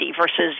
versus